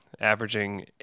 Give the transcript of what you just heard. averaging